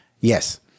Yes